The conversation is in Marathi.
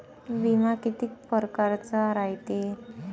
बिमा कितीक परकारचा रायते?